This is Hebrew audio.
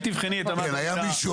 היה מישהו,